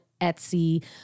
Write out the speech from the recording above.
Etsy